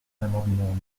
l’amendement